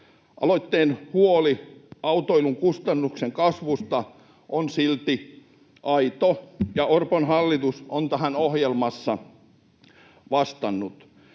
Aloitteen huoli autoilun kustannuksen kasvusta on silti aito, ja Orpon hallitus on tähän ohjelmassaan vastannut.